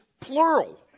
plural